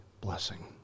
blessing